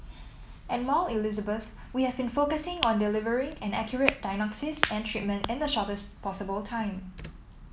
at Mount Elizabeth we have been focusing on delivering an accurate diagnosis and treatment in the shortest possible time